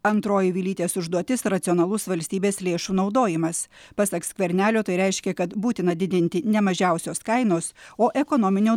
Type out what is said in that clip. antroji vilytės užduotis racionalus valstybės lėšų naudojimas pasak skvernelio tai reiškia kad būtina didinti ne mažiausios kainos o ekonominio